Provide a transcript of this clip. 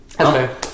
Okay